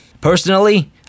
Personally